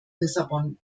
lissabon